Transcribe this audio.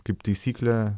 kaip taisyklė